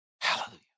Hallelujah